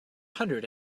hundred